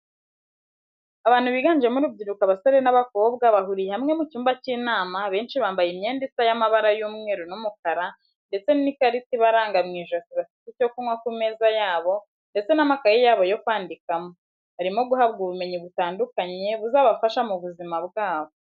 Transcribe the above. Abantu biganjemo urubyiruko abasore n'abakobwa bahuriye hamwe mu cyumba cy'inama abenshi bambaye imyenda isa y'amabara y'umweru n'umukara ndetse n'ikarita ibaranga mw'ijosi bafite icyo kunywa ku meza yabo ndetse n'amakaye yo kwandikamo, barimo guhabwa ubumenyi butandukanye buzabafasha mu buzima bwabo.